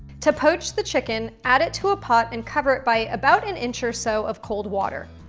to poach the chicken, add it to a pot, and cover it by about an inch or so of cold water.